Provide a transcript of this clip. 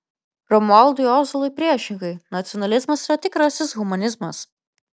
romualdui ozolui priešingai nacionalizmas yra tikrasis humanizmas